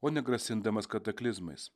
o ne grasindamas kataklizmais